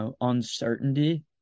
uncertainty